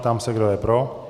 Ptám se, kdo je pro.